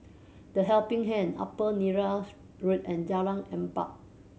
The Helping Hand Upper Neram Road and Jalan Empat